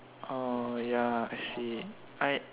ya I see I